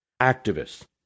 activists